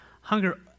hunger